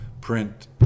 print